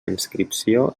inscripció